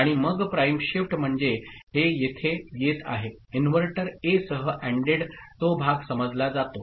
आणि मग prime shift म्हणजे हे येथे येत आहे इन्व्हर्टर ए सह अँडड तो भाग समजला जातो